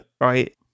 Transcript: right